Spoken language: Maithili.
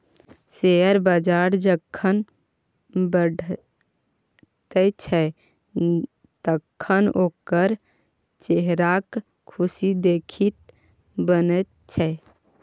शेयर बजार जखन बढ़ैत छै तखन ओकर चेहराक खुशी देखिते बनैत छै